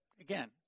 again